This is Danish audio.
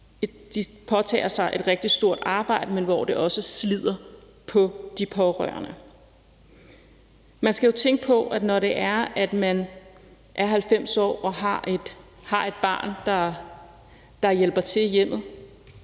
påtager sig et rigtig stort arbejde, men hvor det også slider på de pårørende. Man skal jo tænke på, at når man er 90 år og har et barn, der hjælper til i hjemmet,